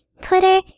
Twitter